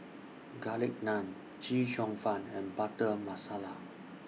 Garlic Naan Chee Cheong Fun and Butter Masala